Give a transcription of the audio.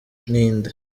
inde